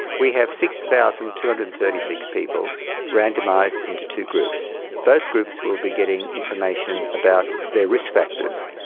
we have six thousand two hundred and thirty six people randomised into two groups. both groups will be getting information about their risk factors.